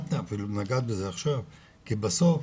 את אפילו נגעת בזה עכשיו, כי בסוף